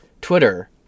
twitter